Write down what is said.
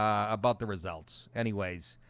um about the results. anyways,